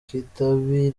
kitabi